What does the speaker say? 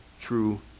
true